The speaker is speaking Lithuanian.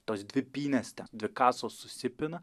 tos dvi pynės ten dvi kasos susipina